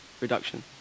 reduction